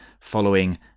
following